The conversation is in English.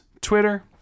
Twitter